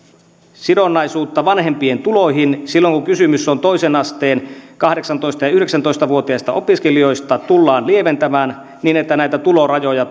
sidonnaisuutta vanhempien tuloihin silloin kun kysymys on toisen asteen kahdeksantoista ja yhdeksäntoista vuotiaista opiskelijoista tullaan lieventämään niin että näitä tulorajoja